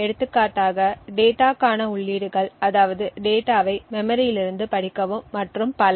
எடுத்துக்காட்டாக டேட்டாக்கான உள்ளீடுகள் அதாவது டேட்டாவை மெமரியிலிருந்து படிக்கவும் மற்றும் பல